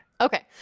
okay